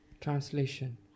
Translation